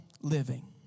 living